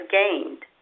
gained